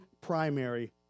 primary